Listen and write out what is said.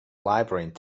labyrinth